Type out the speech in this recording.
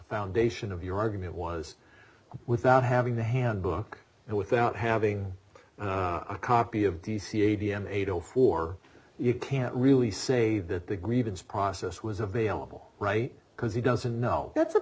foundation of your argument was without having the handbook and without having a copy of d c a t m eight o four you can't really say that the grievance process was available right because he doesn't know that's a